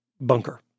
bunker